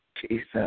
Jesus